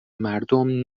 مردم